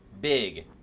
big